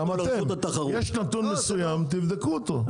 יש נתון מסוים תבדקו אותו.